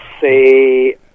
say